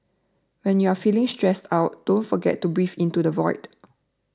when you are feeling stressed out don't forget to breathe into the void